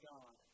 God